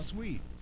Sweet